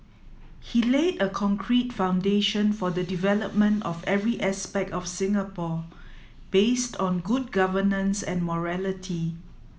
he laid a concrete foundation for the development of every aspect of Singapore based on good governance and morality